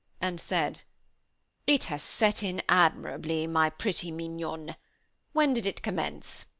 and said it has set in admirably, my pretty mignonne. when did it commence?